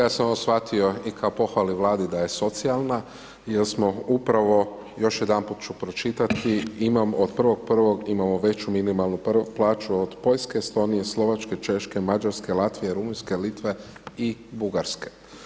Ja sam ovo shvatio i kao pohvalu Vladi da je socijalna jer smo upravo još jedanput ću pročitati imam, od 1.1. imamo veću minimalnu plaću od Poljske, Estonije, Slovačke, Češke, Mađarske, Latvije, Rumunjske, Litve i Bugarske.